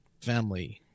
Family